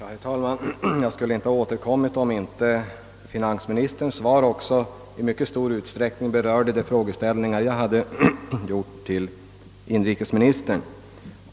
Herr talman! Jag skulle inte ha begärt ordet igen, om inte finansministerns svar också i mycket stor utsträckning berörde de frågeställningar, som jag tagit upp i min interpellation till inrikesministern.